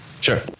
sure